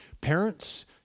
Parents